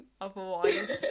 otherwise